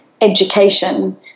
education